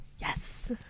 Yes